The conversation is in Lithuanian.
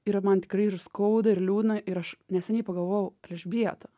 ir man tikrai ir skauda ir liūdna ir aš neseniai pagalvojau elžbieta